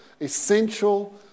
essential